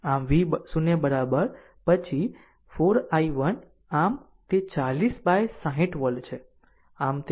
આમ v0 પછી 4 i1 આમ તે 40 બાય 60 વોલ્ટ છે